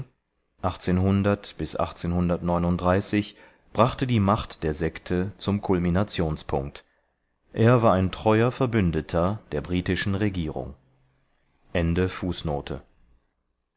brachte die macht der sekte zum kulminationspunkt er war ein treuer verbündeter der britischen regierung